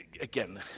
Again